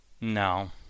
No